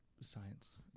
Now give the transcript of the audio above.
science